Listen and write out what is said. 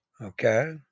okay